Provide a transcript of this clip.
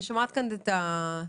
בבקשה.